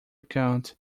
account